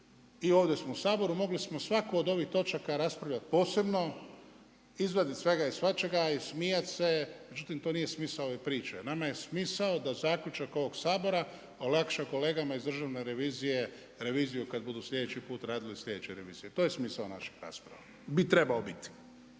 i ovdje smo u Saboru, mogli smo svaku od ovih točaka raspravljat posebno, izvadit svega i svačega i smijat se. Međutim, to nije smisao ove priče. Nama je smisao da zaključak ovog Sabora olakša kolegama iz Državne revizije reviziju kad budu sljedeći put radili sljedeće revizije. To je smisao naših rasprava, bi trebao biti.